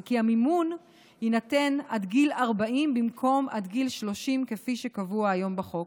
וכי המימון יינתן עד גיל 40 במקום עד גיל 30 כפי שקבוע היום בחוק.